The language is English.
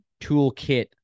toolkit